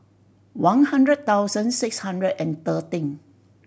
one hundred thousand six hundred and thirteen